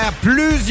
plusieurs